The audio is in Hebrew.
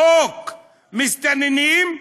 חוק המסתננים,